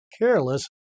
careless